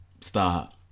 stop